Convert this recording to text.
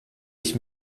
ich